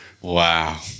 Wow